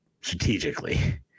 strategically